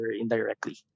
indirectly